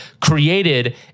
created